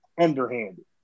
underhanded